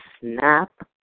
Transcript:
snap